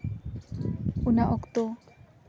ᱚᱱᱟ ᱚᱠᱛᱚ